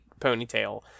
ponytail